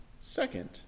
Second